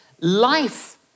life